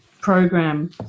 program